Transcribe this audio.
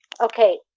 Okay